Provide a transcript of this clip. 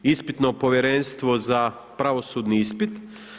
Ispitno povjerenstvo za pravosudni ispit.